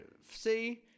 See